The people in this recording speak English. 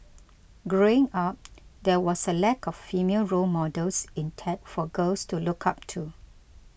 growing up there was a lack of female role models in tech for girls to look up to